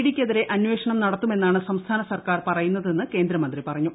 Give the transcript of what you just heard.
ഡിക്കെതിരെ അന്വേഷണം നടത്തുമെന്നാണ് സംസ്ഥാന സർക്കാർ പറയുന്നതെന്ന് കേന്ദ്ര മന്ത്രി പറഞ്ഞു